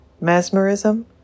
mesmerism